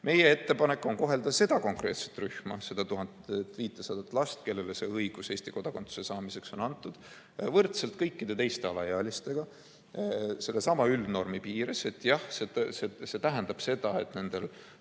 Meie ettepanek on kohelda seda konkreetset rühma, neid 1500 last, kellele õigus Eesti kodakondsuse saamiseks on antud, võrdselt kõikide teiste alaealistega sellesama üldnormi piires. Jah, see tähendab seda, et nendel